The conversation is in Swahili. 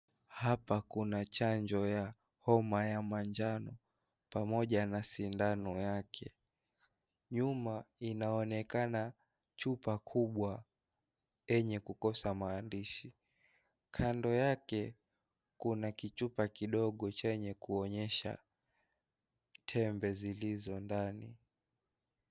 Hapa kuna chanjo ya homa ya manjano pamoja na sindano yake nyuma inaonekana chupa kubwa yenye kukosa maandishi kando yake kuna kichupa kidogo chenye kuonyesha tembe zilizo ndani.